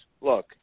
look